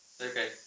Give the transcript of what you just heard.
Okay